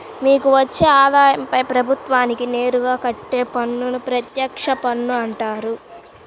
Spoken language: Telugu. మీకు వచ్చే ఆదాయంపై ప్రభుత్వానికి నేరుగా కట్టే పన్నును ప్రత్యక్ష పన్ను అంటారు